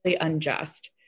unjust